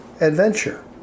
Adventure